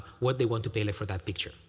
what they want to pay like for that picture.